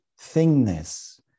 thingness